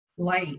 light